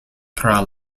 tra